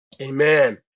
Amen